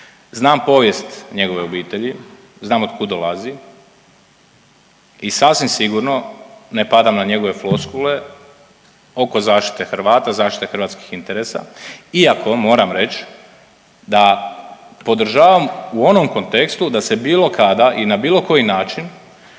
znam povijest njegove obitelji, znam od kud dolazi i sasvim sigurno ne padam na njegove floskule oko zaštite Hrvata, zaštite hrvatskih interesa iako moram reći da podržavam u onom kontekstu da se bilo kada i na bilo koji način